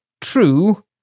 true